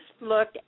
look